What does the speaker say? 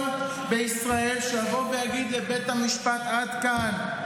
בישראל שיבוא ויגיד לבית המשפט: עד כאן.